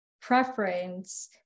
preference